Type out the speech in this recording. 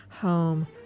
home